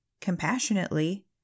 compassionately